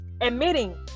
admitting